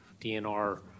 DNR